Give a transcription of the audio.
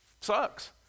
sucks